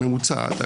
הממוצעת.